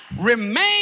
remain